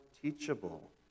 teachable